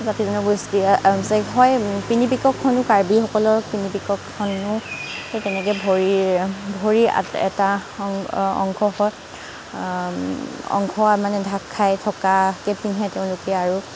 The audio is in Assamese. জাতি জনগোষ্ঠীৰে হয় পিনি পিককখনো কাৰ্বিসকলৰ পিনি পিককখনো সেই তেনেকৈ ভৰিৰ ভৰিৰ এটা অংশ হয় অংশ মানে ঢাক খায় থকাকৈ পিন্ধে তেওঁলোকে আৰু